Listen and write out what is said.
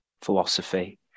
philosophy